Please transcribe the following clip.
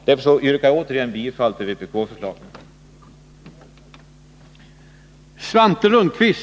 Därför yrkar jag återigen bifall till vpk-förslaget.